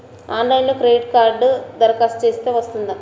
ఆన్లైన్లో క్రెడిట్ కార్డ్కి దరఖాస్తు చేస్తే వస్తుందా?